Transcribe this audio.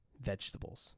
vegetables